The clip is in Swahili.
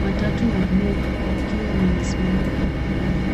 Matatu ya blue ikiwa imesimama barabarani.